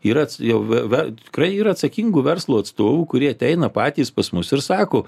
yra jau va tikrai yra atsakingų verslo atstovų kurie ateina patys pas mus ir sako